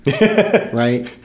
Right